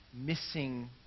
missing